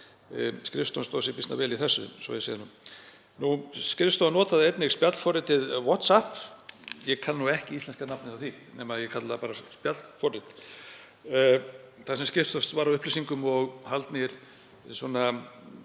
Skrifstofan stóð sig býsna vel í þessu, svo ég segi það nú. Skrifstofan notaði einnig spjallforritið WhatsApp, ég kann ekki íslenska nafnið á því, ég kalla það bara spjallforrit, þar sem skipst var á upplýsingum og haldnir